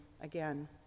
again